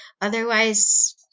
otherwise